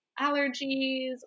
allergies